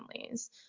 families